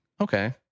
okay